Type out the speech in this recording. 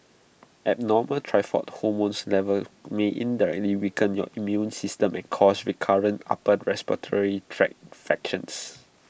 abnormal thyroid hormone levels may indirectly weaken your immune system and cause recurrent upper respiratory tract infections